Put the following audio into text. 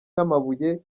n’amabuye